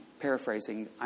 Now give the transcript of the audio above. paraphrasing